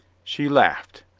she laughed.